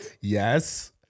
Yes